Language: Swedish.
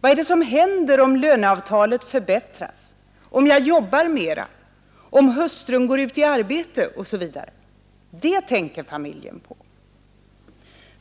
Vad är det som händer om löneavtalet förbättras, om mannen arbetar mera, om hustrun går ut i arbete, osv.? Det tänker familjen på.